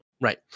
right